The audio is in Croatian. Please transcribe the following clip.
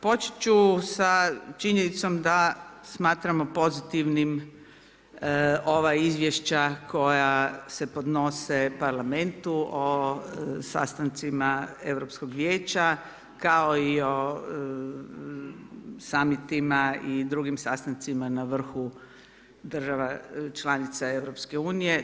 Počet ću sa činjenicom da smatramo pozitivnim ova Izvješća koja se podnose parlamentu o sastancima Europskog vijeća, kao i o Samitima i drugim sastancima na vrhu država članica EU.